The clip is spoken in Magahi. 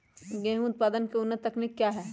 गेंहू उत्पादन की उन्नत तकनीक क्या है?